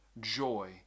joy